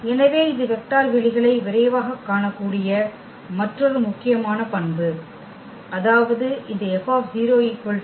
எனவே இது வெக்டர் வெளிகளை விரைவாகக் காணக்கூடிய மற்றொரு முக்கியமான பண்பு அதாவது இந்த F 0